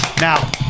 now